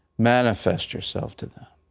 manifest yourself to them,